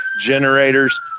generators